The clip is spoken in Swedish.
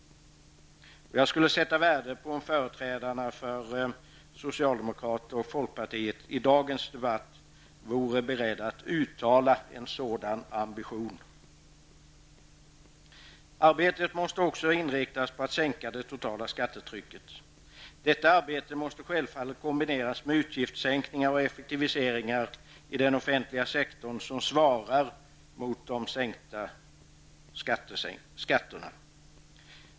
Jag skulle sätta värde på om företrädarna för socialdemokraterna och folkpartiet i dagens debatt vore beredd att uttala en sådan ambition. Arbetet måste också inriktas på att sänka det totala skattetrycket. Detta arbetet måste självfallet kombineras med utgiftssänkningar och effektiviseringar i den offentliga sektorn som svarar mot de sänkta skatterna.